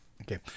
Okay